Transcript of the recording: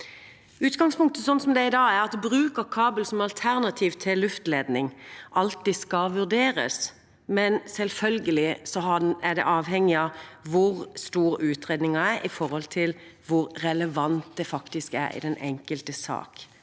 i dag, er at bruk av kabel som alternativ til luftledning alltid skal vurderes, men selvfølgelig er det avhengig av hvor stor utredningen er i forhold til hvor relevant det faktisk er i den enkelte sak.